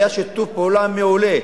היה שיתוף פעולה מעולה,